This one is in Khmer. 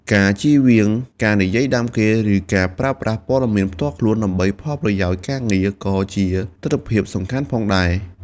ការជៀសវាងការនិយាយដើមគេ ឬការប្រើប្រាស់ព័ត៌មានផ្ទាល់ខ្លួនដើម្បីផលប្រយោជន៍ការងារក៏ជាទិដ្ឋភាពសំខាន់ផងដែរ។